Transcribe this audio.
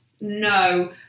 no